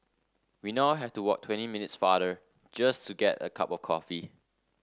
we now have to walk twenty minutes farther just to get a cup of coffee